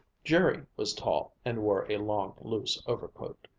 jerry was tall and wore a long, loose overcoat.